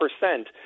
percent